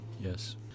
Yes